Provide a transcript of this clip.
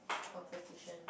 competition